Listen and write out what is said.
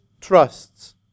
trusts